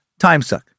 timesuck